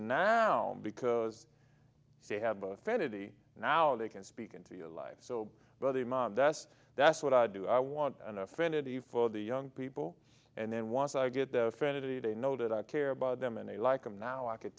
now because they have offended he now they can speak into your life so that's that's what i do i want an affinity for the young people and then once i get the fenty they know that i care about them and they like him now i could